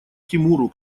тимуру